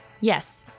yes